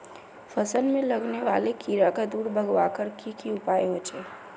फसल में लगने वाले कीड़ा क दूर भगवार की की उपाय होचे?